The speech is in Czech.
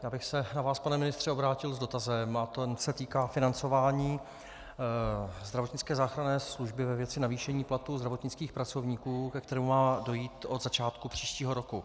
Já bych se na vás, pane ministře, obrátil s dotazem a ten se týká financování zdravotnické záchranné služby ve věci navýšení platu zdravotnických pracovníků, ke kterému má dojít od začátku příštího roku.